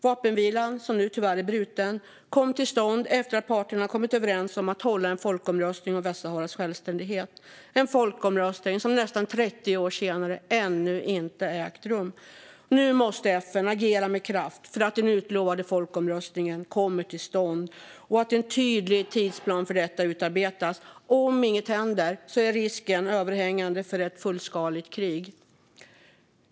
Vapenvilan, som nu tyvärr är bruten, kom till stånd efter att parterna kommit överens om att hålla en folkomröstning om Västsaharas självständighet - en folkomröstning som nästan 30 år senare fortfarande inte ägt rum. Nu måste FN agera med kraft för att den utlovade folkomröstningen kommer till stånd och att en tydlig tidsplan för detta utarbetas. Om inget händer är risken för ett fullskaligt krig överhängande.